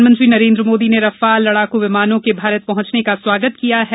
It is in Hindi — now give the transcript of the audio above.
प्रधानमंत्री नरेंद्र मोदी ने रफाल लड़ाकू विमानों के भारत पहुंचने का स्वागत किया है